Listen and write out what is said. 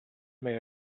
may